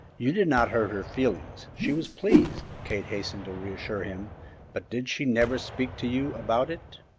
you did not hurt her feelings she was pleased, kate hastened to reassure him but did she never speak to you about it?